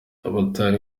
abatari